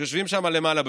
שיושבים שם למעלה בבניין,